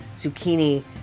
zucchini